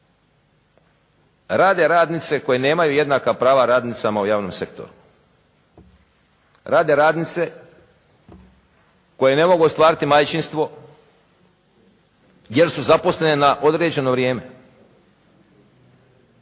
Rade radnice koje nemaju jednaka prava radnicama u javnom sektoru. Rade radnice koje ne mogu ostvariti majčinstvo jer su zaposlene na određeno vrijeme.